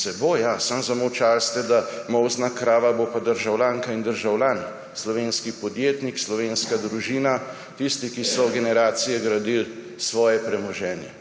Se bo, ja, samo zamolčali ste, da molzna krava bo pa državljanka in državljan, slovenski podjetnik, slovenska družina, tisti, ki so več generacij gradili svoje premoženje.